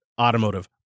automotive